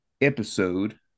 episode